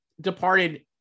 Departed